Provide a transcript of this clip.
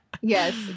Yes